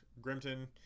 Grimton